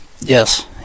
Yes